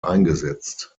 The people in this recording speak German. eingesetzt